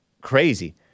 crazy